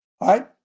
right